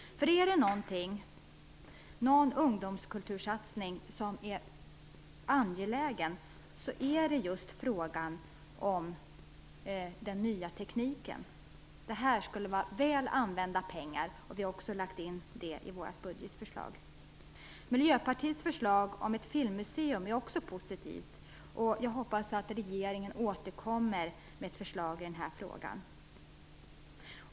Är det någon ungdomskultursatsning som är angelägen är det just den nya tekniken. Det här skulle vara väl använda pengar. Vi har också lagt in det i vårt budgetförslag. Miljöpartiets förslag om ett filmmuseum är också positivt. Jag hoppas att regeringen återkommer med ett förslag i den frågan.